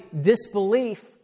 disbelief